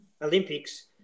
Olympics